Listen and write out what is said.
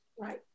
Right